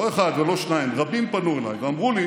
לא אחד ולא שניים, רבים פנו אליי ואמרו לי